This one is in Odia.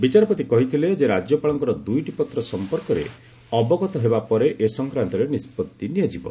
ବିଚାରପତି କହିଥିଲେ ଯେ ରାଜ୍ୟପାଳଙ୍କର ଦୁଇଟିପତ୍ର ସଂପର୍କରେ ଅବଗତ ହେବା ପରେ ଏ ସଂକ୍ରାନ୍ତରେ ନିଷ୍ପଭି ନିଆଯିବ